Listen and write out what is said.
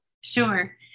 Sure